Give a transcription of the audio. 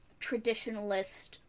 traditionalist